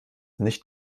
nicht